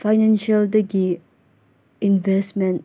ꯐꯥꯏꯅꯥꯟꯁꯤꯌꯦꯜꯗꯒꯤ investment